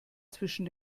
zwischen